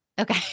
Okay